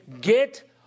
get